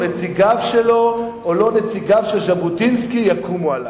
נציגיו ולא נציגיו של ז'בוטינסקי יקומו עלי.